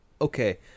okay